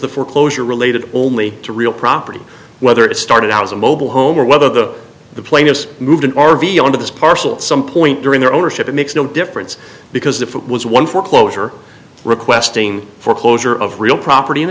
the foreclosure related only to real property whether it started out as a mobile home or whether the plaintiffs moved an r v on to this parcel at some point during their ownership it makes no difference because if it was one foreclosure requesting foreclosure of real property